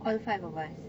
all five of us